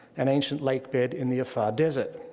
an ancient lake bed in the afar desert.